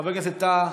חבר הכנסת טאהא,